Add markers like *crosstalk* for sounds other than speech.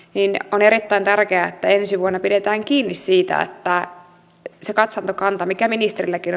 on erittäin tärkeää että ensi vuonna pidetään kiinni siitä katsantokannasta mikä ministerilläkin *unintelligible*